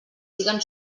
siguen